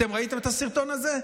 אתם ראיתם את הסרטון הזה?